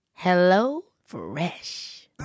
HelloFresh